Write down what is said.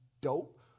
dope